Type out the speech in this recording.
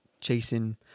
chasing